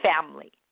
family